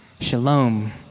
Shalom